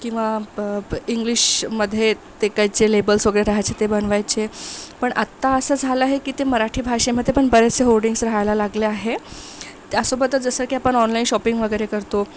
किंवा इंग्लिशमध्ये ते काय जे लेबल्स वगैरे राहायचे ते बनवायचे पण आत्ता असं झालं आहे की ते मराठी भाषेमध्ये पण बरेचसे होर्डींग्ज राहायला लागले आहे त्या सोबतच जसं की आपण ऑनलाईन शॉपिंग वगैरे करतो